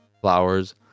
flowers